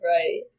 right